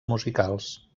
musicals